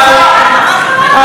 על פעיל חברתי,